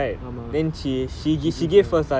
ஆமா:aamaa she give lah